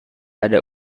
ada